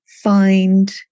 find